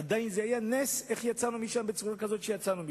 עדיין זה היה נס איך יצאנו משם בצורה שיצאנו משם.